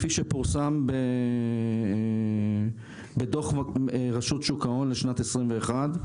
כפי שפורסם בדו"ח רשות שוק ההון לשנת 2021,